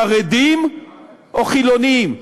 חרדים או חילונים,